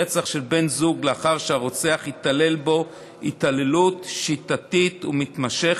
רצח של בן זוג לאחר שהרוצח התעלל בו התעללות שיטתית ומתמשכת,